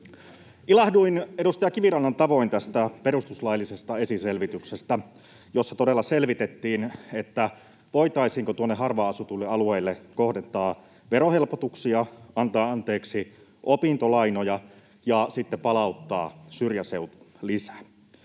Ilahduin edustaja Kivirannan tavoin tästä perustuslaillisesta esiselvityksestä, jossa todella selvitettiin, voitaisiinko tuonne harvaan asutuille alueille kohdentaa verohelpotuksia, antaa anteeksi opintolainoja ja sitten palauttaa syrjäseutulisä.